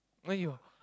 when you